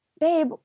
babe